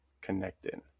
connected